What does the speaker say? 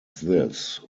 this